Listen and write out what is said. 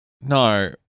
No